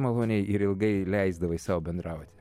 maloniai ir ilgai leisdavai sau bendrauti